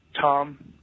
Tom